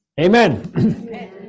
Amen